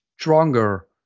stronger